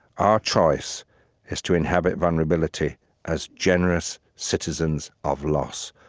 our choice is to inhabit vulnerability as generous citizens of loss,